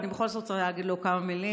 אבל אני בכל זאת רוצה להגיד לו כמה מילים,